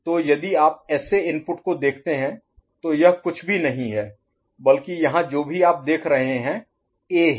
तो यदि आप SA इनपुट को देखते हैं तो यह कुछ भी नहीं है बल्कि यहां जो भी आप देख रहे हैं A है